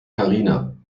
karina